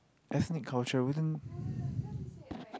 ethnic culture I wouldn't